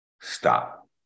Stop